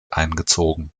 eingezogen